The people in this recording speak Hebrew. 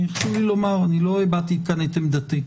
הרשו לי לומר, אני לא הבעתי כאן את עמדתי.